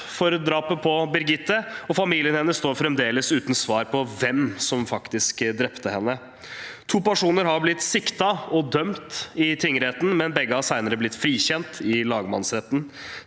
for drapet på Birgitte, og familien hennes står fremdeles uten svar på hvem som faktisk drepte henne. To personer har blitt siktet og dømt i tingretten, men begge har senere blitt frikjent i lagmannsretten.